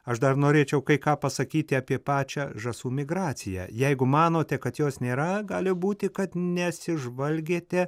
aš dar norėčiau kai ką pasakyti apie pačią žąsų migraciją jeigu manote kad jos nėra gali būti kad nesižvalgėte